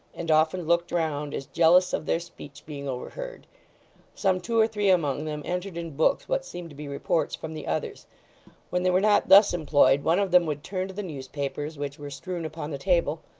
and often looked round, as jealous of their speech being overheard some two or three among them entered in books what seemed to be reports from the others when they were not thus employed one of them would turn to the newspapers which were strewn upon the table,